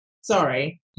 Sorry